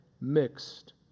mixed